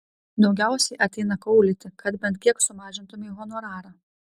daugiausiai ateina kaulyti kad bent kiek sumažintumei honorarą